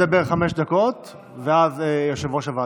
השר מבקש לדבר חמש דקות ואז יושב-ראש הוועדה.